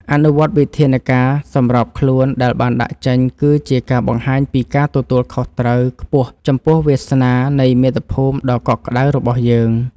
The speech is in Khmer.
អនុវត្តវិធានការសម្របខ្លួនដែលបានដាក់ចេញគឺជាការបង្ហាញពីការទទួលខុសត្រូវខ្ពស់ចំពោះវាសនានៃមាតុភូមិដ៏កក់ក្ដៅរបស់យើង។